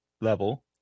level